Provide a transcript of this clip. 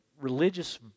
religious